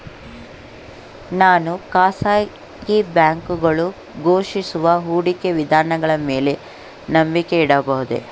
ನಾನು ಖಾಸಗಿ ಬ್ಯಾಂಕುಗಳು ಘೋಷಿಸುವ ಹೂಡಿಕೆ ವಿಧಾನಗಳ ಮೇಲೆ ನಂಬಿಕೆ ಇಡಬಹುದೇ?